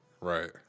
Right